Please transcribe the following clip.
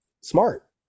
Smart